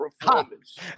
performance